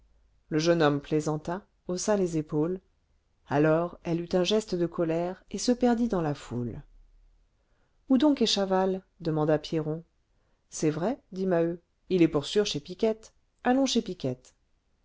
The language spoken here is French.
le jeune homme plaisanta haussa les épaules alors elle eut un geste de colère et se perdit dans la foule où donc est chaval demanda pierron c'est vrai dit maheu il est pour sûr chez piquette allons chez piquette